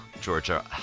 Georgia